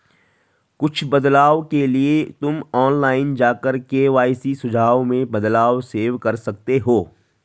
कुछ बदलाव के लिए तुम ऑनलाइन जाकर के.वाई.सी सुझाव में बदलाव सेव कर सकते हो